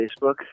Facebook